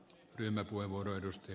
arvoisa puhemies